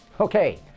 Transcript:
Okay